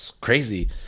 crazy